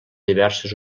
diverses